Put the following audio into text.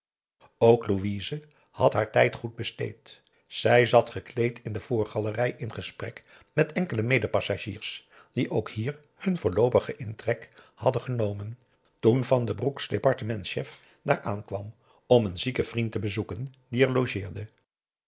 ook louise had haar tijd goed besteed zij zat gekleed in de voorgalerij in gesprek met enkele medepassagiers die ook hier hun voorloopigen intrek hadden genomen toen van den broek's departementschef daar aankwam om een zieken vriend te bezoeken die er logeerde